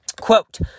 Quote